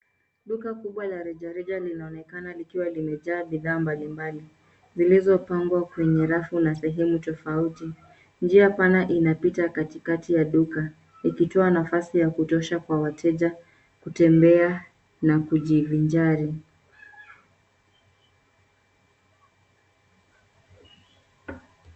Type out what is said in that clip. Duka kubwa la rejareja linaonekana likiwa limejaa bidhaa mbalimbali zilizopangwa kwenye rafu na sehemu tofauti. Njia pana inapita katikati ya duka ikitoa nafasi ya kutosha kwa wateja kutembea na kujivinjari.